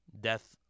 Death